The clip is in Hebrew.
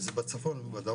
אם זה בצפון או בדרום,